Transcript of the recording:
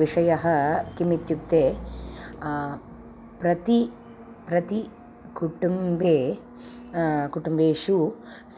विषयः किम् इत्युक्ते प्रति प्रति कुटुम्बे कुटुम्बेषु